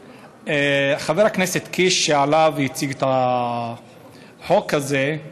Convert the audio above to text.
חבר הכנסת קיש, שעלה והציג את החוק הזה,